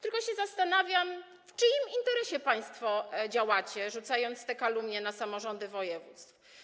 Tylko się zastanawiam, w czyim interesie państwo działacie, rzucając te kalumnie na samorządy województw.